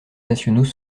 nationaux